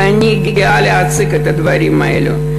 ואני גאה להציג את הדברים האלה.